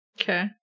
Okay